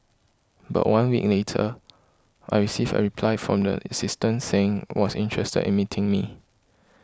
but one week later I received a reply from the assistant saying was interested in meeting me